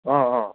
অঁ অঁ